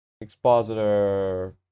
Expositor